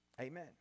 Amen